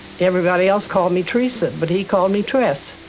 everybody else called me teresa. but he called me teres.